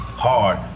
Hard